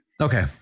Okay